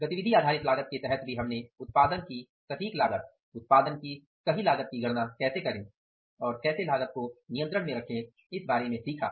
गतिविधि आधारित लागत के तहत भी हमने उत्पादन की सटीक लागत उत्पादन की सही लागत की गणना कैसे करे और कैसे लागत को नियंत्रण में रखे इस बारे में सीखा